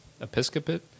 Episcopate